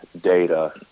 data